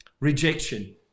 Rejection